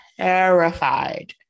terrified